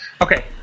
okay